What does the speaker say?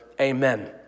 Amen